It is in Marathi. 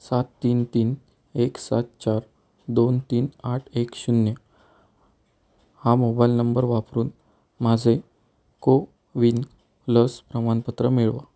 सात तीन तीन एक सात चार दोन तीन आठ एक शून्य हा मोबायल नंबर वापरून माझे को विन लस प्रमाणपत्र मिळवा